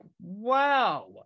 wow